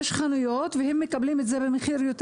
יש חנויות והם מקבלים את זה במחיר יותר